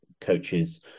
coaches